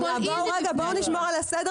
בואו נשמור על הסדר